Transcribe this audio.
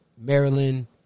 Maryland